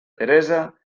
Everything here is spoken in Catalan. teresa